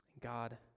God